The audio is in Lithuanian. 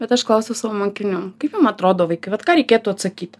bet aš klausiau savo mokinių kaip jum atrodo vaikai vat ką reikėtų atsakyt